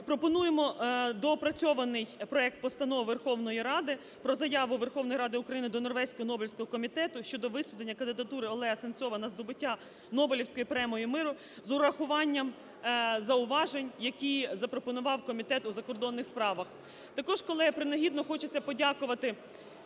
Пропонуємо доопрацьований проект постанови Верховної Ради про заяву Верховної Ради України до Норвезького Нобелівського комітету щодо висунення кандидатури Олега Сенцова на здобуття Нобелівської премії миру з урахуванням зауважень, які запропонував Комітет у закордонних справах.